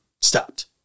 stopped